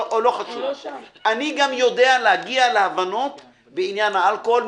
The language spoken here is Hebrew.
אני גם יודע להגיע להבנות בעניין האלכוהול,